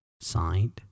Signed